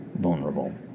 vulnerable